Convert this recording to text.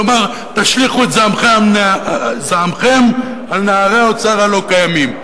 כלומר, תשליכו את זעמכם על נערי האוצר הלא-קיימים.